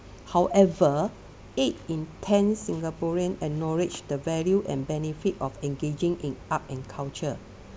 however eight in ten singaporean acknowledged the value and benefit of engaging in art and culture